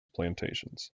plantations